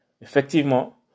Effectivement